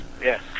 Yes